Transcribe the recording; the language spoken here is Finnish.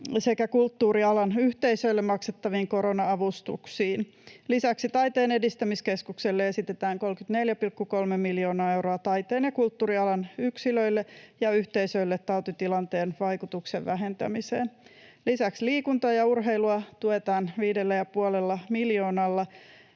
sekä kulttuurialan yhteisöille maksettaviin korona-avustuksiin. Lisäksi Taiteen edistämiskeskukselle esitetään 34,3 miljoona euroa taiteen ja kulttuurialan yksilöille ja yhteisöille tautitilanteen vaikutuksen vähentämiseen. Lisäksi liikuntaa ja urheilua tuetaan 5,5 miljoonalla,